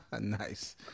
Nice